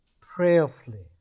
prayerfully